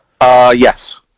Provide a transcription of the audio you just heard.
yes